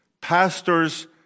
pastors